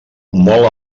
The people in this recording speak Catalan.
molt